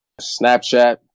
Snapchat